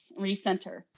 recenter